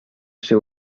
ser